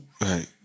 Right